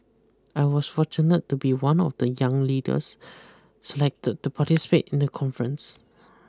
I was fortunate to be one of the young leaders selected to participate in the conference